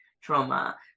trauma